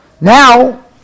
now